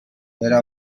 era